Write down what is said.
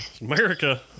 America